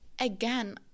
again